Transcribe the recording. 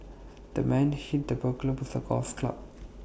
the man hit the burglar with A golf club